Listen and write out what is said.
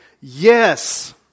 Yes